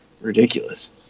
ridiculous